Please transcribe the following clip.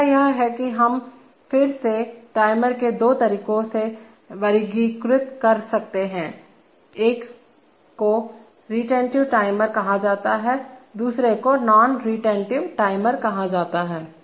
अगला यह है कि हम फिर से टाइमर को दो तरीकों से वर्गीकृत कर सकते हैं एक को रिटेंटिव टाइमर कहा जाता है दूसरे को नॉन रिटेंटिव टाइमर कहा जाता है